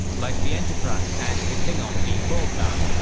like the enterprise and the klingon d four class,